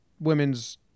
women's